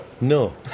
No